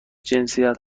جنسیت